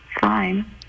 fine